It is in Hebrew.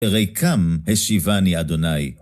ריקם השיבני אדני.